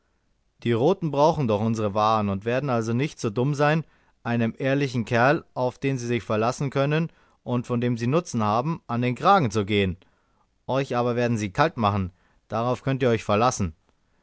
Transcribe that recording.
die roten brauchen doch unsere waren und werden also nicht so dumm sein einem ehrlichen kerl auf den sie sich verlassen können und von dem sie nutzen haben an den kragen zu gehen euch aber werden sie kalt machen darauf könnt ihr euch verlassen